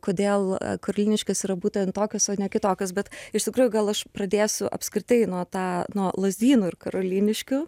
kodėl karoliniškės yra būtent tokios o ne kitokios bet iš tikrųjų gal aš pradėsiu apskritai nuo tą nuo lazdynų ir karoliniškių